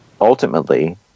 ultimately